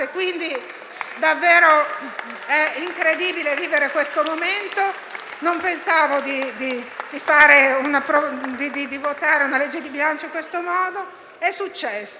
Davvero è incredibile vivere questo momento; non pensavo di votare una legge di bilancio in questo modo. È successo.